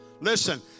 listen